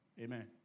Amen